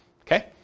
Okay